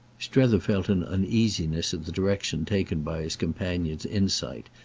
strether felt an uneasiness at the direction taken by his companion's insight,